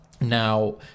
Now